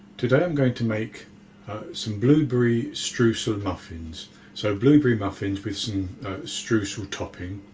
today i'm going to make some blueberry streusel muffins so blueberry muffins with some streusel topping.